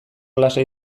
lasai